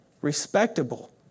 respectable